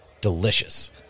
delicious